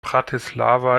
bratislava